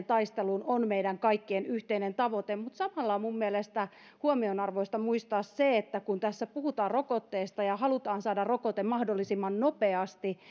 taisteluun on meidän kaikkien yhteinen tavoite mutta samalla on minun mielestäni huomionarvoista muistaa se että kun tässä puhutaan rokotteesta ja halutaan saada rokote mahdollisimman nopeasti